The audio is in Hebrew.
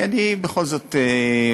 כי אני בכל זאת ממלא-מקום,